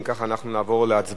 אם כך, אנחנו נעבור להצבעה.